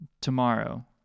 tomorrow